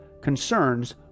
concerns